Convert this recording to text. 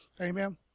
Amen